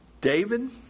David